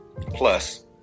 plus